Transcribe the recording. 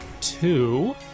two